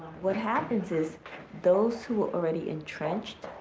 what happens is those who are already entrenched,